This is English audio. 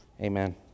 Amen